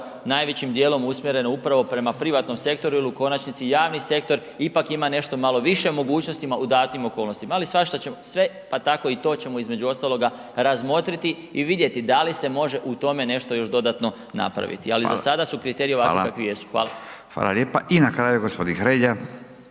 najvećim dijelom usmjerene prema privatnom sektoru ili u konačnici javni sektor ipak ima nešto malo više mogućnosti u datim okolnostima. Ali svašta ćemo sve pa tako i to ćemo između ostaloga razmotriti i vidjeti da li se može u tome nešto još dodatno napraviti. Ali za sada su kriteriji ovakvi kakvi jesu. Hvala. **Radin, Furio (Nezavisni)** Hvala lijepa. I na kraju gospodin Hrelja.